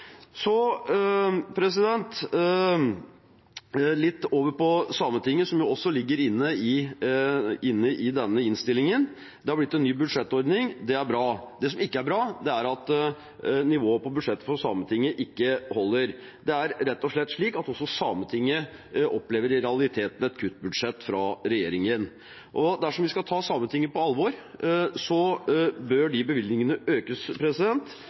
Så litt over til Sametinget, som også ligger inne i denne innstillingen. Det har blitt en ny budsjettordning, og det er bra. Det som ikke er bra, er at nivået på budsjettet for Sametinget ikke holder. Det er rett og slett slik at også Sametinget i realiteten opplever et kuttbudsjett fra regjeringen. Dersom vi skal ta Sametinget på alvor, bør de bevilgningene økes.